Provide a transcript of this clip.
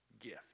gift